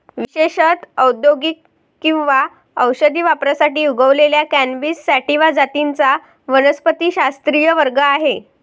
विशेषत औद्योगिक किंवा औषधी वापरासाठी उगवलेल्या कॅनॅबिस सॅटिवा जातींचा वनस्पतिशास्त्रीय वर्ग आहे